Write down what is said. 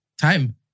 Time